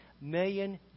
million